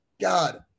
God